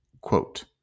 Quote